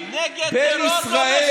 נגד טרור,